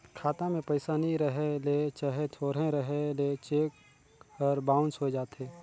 खाता में पइसा नी रहें ले चहे थोरहें रहे ले चेक हर बाउंस होए जाथे